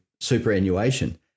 superannuation